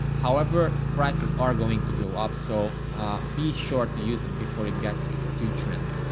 however, prices are going to go up, so be sure to use it before it gets too trendy.